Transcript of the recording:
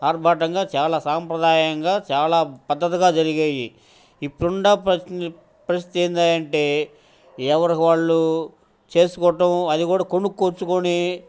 ఆర్బాటంగా చాలా సాంప్రదాయంగా చాలా పద్ధతిగా జరిగేవి ఇప్పుడు ఉండే ప్ర పరిస్థితి ఏంటి అయ్యా అంటే ఎవరికి వాళ్ళు చేసుకోవటం అది కూడా కొనుక్కొచ్చుకొని